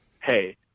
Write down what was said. Hey